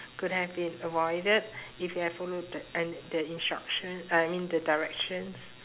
could have been avoided if you had followed the and the instruction I I mean the directions